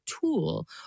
tool